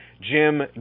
Jim